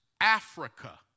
Africa